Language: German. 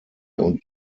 und